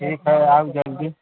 ठीक है आयब जल्दी